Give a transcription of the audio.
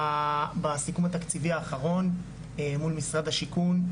בסיכום התקציבי האחרון מול משרד השיכון,